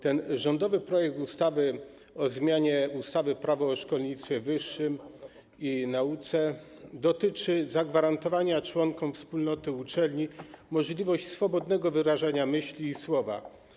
Ten rządowy projekt ustawy o zmianie ustawy - Prawo o szkolnictwie wyższym i nauce dotyczy zagwarantowania członkom wspólnoty uczelni możliwości swobodnego wyrażania myśli i słowa.